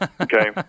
Okay